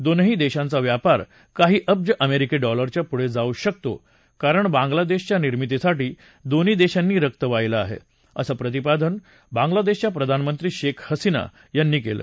दोनही देशांचा व्यापार काही अब्ज अमेरिकी डॉलरच्या पुढे जाऊ शकतो कारण बांगलादेशच्या निर्मितीसाठी दोन्ही देशांनी रक्त वाहिलं आहे असं प्रतिपादन बांगलादेशच्या प्रधानमंत्री शेख हसिना यांनी केलं